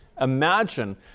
imagine